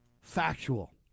factual